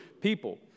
people